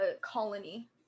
colony